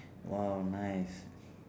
!wow! nice